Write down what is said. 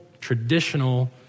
traditional